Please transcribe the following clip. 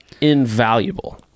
invaluable